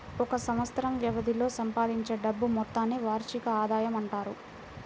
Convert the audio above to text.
ఒక సంవత్సరం వ్యవధిలో సంపాదించే డబ్బు మొత్తాన్ని వార్షిక ఆదాయం అంటారు